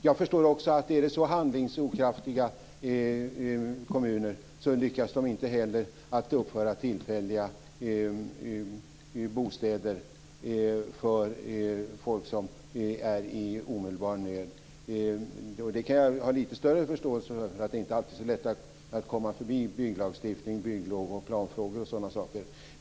Jag förstår också att om det är kommuner med sådan brist på handlingskraft lyckas de inte heller uppföra tillfälliga bostäder för människor som är i omedelbar nöd. Det kan jag ha lite större förståelse för. Det är inte alltid så lätt att komma förbi bygglagstiftning, bygglov, lagfrågor och sådana saker.